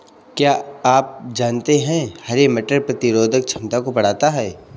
क्या आप जानते है हरे मटर प्रतिरोधक क्षमता को बढ़ाता है?